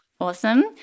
Awesome